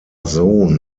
sohn